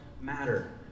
matter